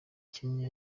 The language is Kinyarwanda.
kenya